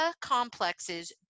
complexes